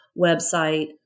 website